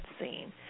scene